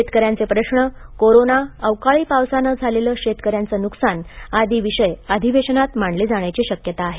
शेतकऱ्यांचे प्रश्न कोरोना अवकाळी पावसाने झालेले शेतकऱ्यांचे नुकसान आदी विषय अधिवेशनात मांडले जाण्याची शक्यता आहे